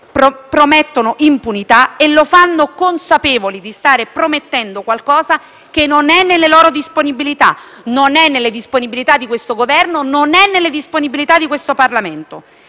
promettono impunità e lo fanno consapevoli di stare promettendo qualcosa che non è nelle loro disponibilità, non è nelle disponibilità di questo Governo e non è nelle disponibilità di questo Parlamento.